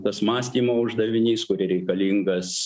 tas mąstymo uždavinys kur reikalingas